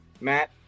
Matt